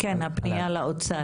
אני שואלת את משרד האוצר.